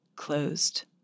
closed